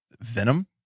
venom